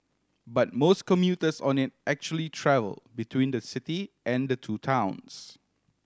but most commuters on it actually travel between the city and the two towns